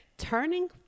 Turning